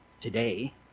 today